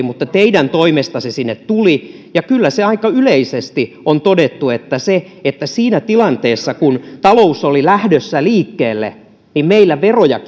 mutta teidän toimestanne se sinne tuli ja kyllä aika yleisesti on todettu että siinä tilanteessa kun talous oli lähdössä liikkeelle meillä veroja